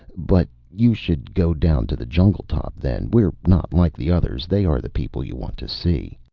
but you should go down to the jungle-top, then. we're not like the others they are the people you want to see.